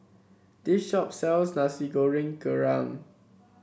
this shop sells Nasi Goreng Kerang